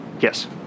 yes